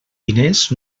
diners